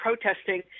protesting